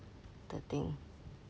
the thing